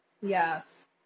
yes